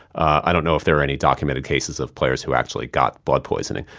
i don't know if there are any documented cases of players who actually got blood poisoning.